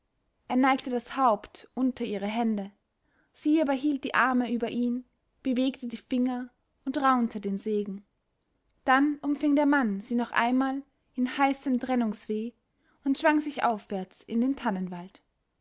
er neigte das haupt unter ihre hände sie aber hielt die arme über ihn bewegte die finger und raunte den segen dann umfing der mann sie noch einmal in heißem trennungsweh und schwang sich aufwärts in den